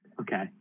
Okay